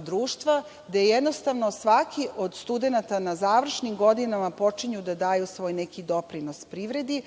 društva gde svaki od studenata na završnim godinama počinju da daju svoj neki doprinos privredi,